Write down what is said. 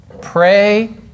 pray